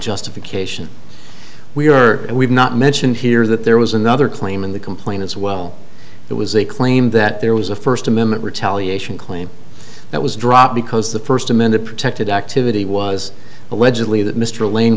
justification we are we've not mention here that there was another claim in the complaint as well that was a claim that there was a first amendment retaliation claim that was dropped because the first amended protected activity was allegedly that mr lane